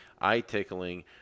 eye-tickling